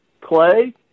Clay